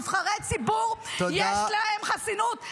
אנחנו לא מעל החוק, נבחרי ציבור יש להם חסינות.